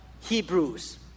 Hebrews